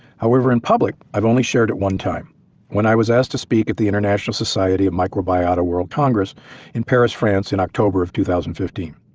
however, in public i've only shared it one time when i was asked to speak at the international society of microbiota world congress in paris, france in october of two thousand and fifteen.